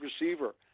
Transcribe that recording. receiver